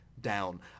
down